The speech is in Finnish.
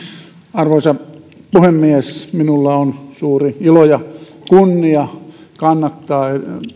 arvoisa puhemies minulla on suuri ilo ja kunnia kannattaa